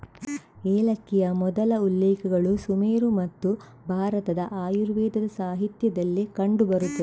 ಏಲಕ್ಕಿಯ ಮೊದಲ ಉಲ್ಲೇಖಗಳು ಸುಮೇರು ಮತ್ತು ಭಾರತದ ಆಯುರ್ವೇದ ಸಾಹಿತ್ಯದಲ್ಲಿ ಕಂಡು ಬರುತ್ತವೆ